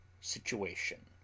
situation